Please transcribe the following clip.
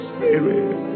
Spirit